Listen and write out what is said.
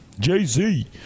jay-z